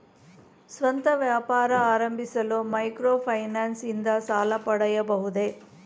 ಸ್ವಂತ ವ್ಯಾಪಾರ ಆರಂಭಿಸಲು ಮೈಕ್ರೋ ಫೈನಾನ್ಸ್ ಇಂದ ಸಾಲ ಪಡೆಯಬಹುದೇ?